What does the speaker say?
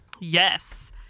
Yes